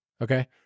Okay